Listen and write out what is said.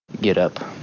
get-up